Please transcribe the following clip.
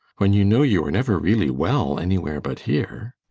when you know you are never really well anywhere but here.